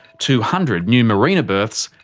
two hundred new marina berths,